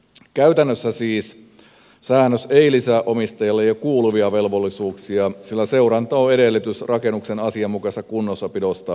käytännössä siis säännös ei lisää omistajalle jo kuuluvia velvollisuuksia sillä seuranta on edellytys rakennuksen asianmukaisesta kunnossapidosta huolehtimiselle